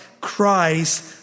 Christ